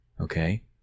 okay